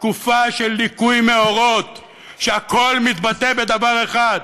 תקופה של ליקוי מאורות כשהכול מתבטא בדבר אחד: